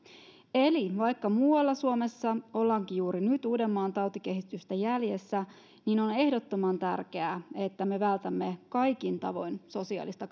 eli vaikka muualla suomessa ollaankin juuri nyt uudenmaan tautikehitystä jäljessä niin on ehdottoman tärkeää että me vältämme kaikin tavoin sosiaalista